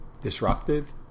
disruptive